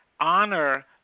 Honor